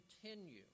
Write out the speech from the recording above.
continue